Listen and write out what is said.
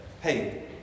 hey